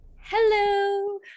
Hello